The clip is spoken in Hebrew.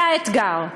זה האתגר.